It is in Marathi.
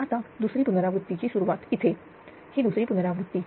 आता दूसरी पुनरावृत्ती ची सुरुवात इथे ही दुसरी पुनरावृत्ती